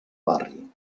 barri